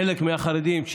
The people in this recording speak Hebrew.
חלק מהחרדים,